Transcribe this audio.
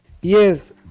Yes